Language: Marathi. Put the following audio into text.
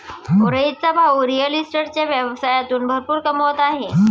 रोहितचा भाऊ रिअल इस्टेटच्या व्यवसायातून भरपूर कमवत आहे